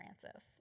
Francis